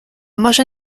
może